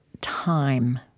time